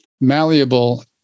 malleable